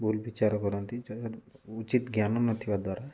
ଭୁଲ ବିଚାର କରନ୍ତି ଯାହା ଉଚିତ ଜ୍ଞାନ ନଥିବା ଦ୍ୱାରା